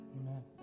Amen